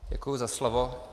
Děkuji za slovo.